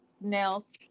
nails